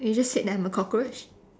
you just said that I'm a cockroach